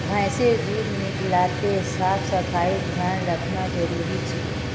भैंसेर दूध निकलाते साफ सफाईर ध्यान रखना जरूरी छिके